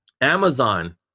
amazon